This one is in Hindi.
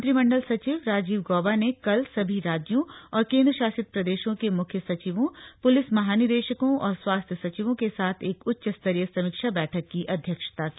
मंत्रिमंडल सचिव राजीव गौबा ने कल सभी राज्यों और केंद्रशासित प्रदेशों के म्ख्य सचिवों प्लिस महानिदेशकों और स्वास्थ्य सचिवों के साथ एक उच्चस्तरीय समीक्षा बैठक की अध्यक्षता की